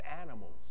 animals